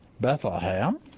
Bethlehem